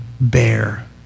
bear